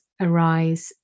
arise